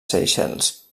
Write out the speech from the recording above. seychelles